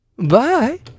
bye